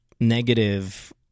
negative